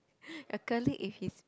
your colleague if his